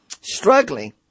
struggling